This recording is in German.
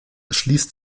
schließt